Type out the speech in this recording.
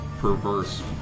perverse